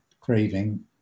craving